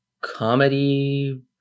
comedy